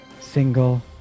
single